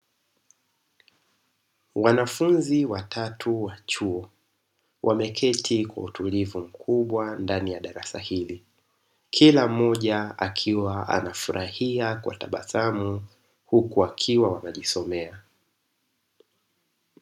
Wanafunzi watatu wa chuo, wameketi kwa utulivu mkubwa ndani ya darasa hili. Kila mmoja akiwa anafurahia kwa tabasamu huku wakiwa wanajisomea.